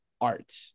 art